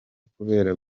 kubera